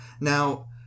Now